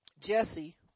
jesse